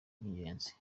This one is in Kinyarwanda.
by’ingenzi